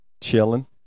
Chilling